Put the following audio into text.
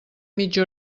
mitja